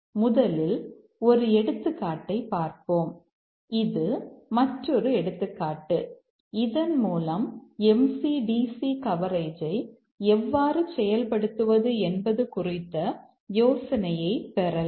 முதலில் ஒரு எடுத்துக்காட்டைப் பார்ப்போம் இது மற்றொரு எடுத்துக்காட்டு இதன் மூலம் MC DC கவரேஜை எவ்வாறு செயல் படுத்துவது என்பது குறித்த யோசனையைப் பெறலாம்